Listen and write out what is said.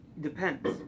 Depends